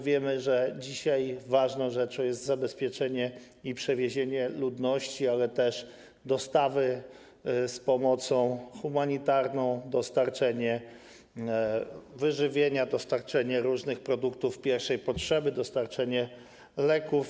Wiemy, że dzisiaj ważną rzeczą jest zabezpieczenie i przewiezienie ludności, ale też dostaw z pomocą humanitarną, dostarczenie wyżywienia, dostarczenie różnych produktów pierwszej potrzeby, dostarczenie leków.